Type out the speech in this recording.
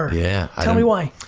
ah yeah. tell me why.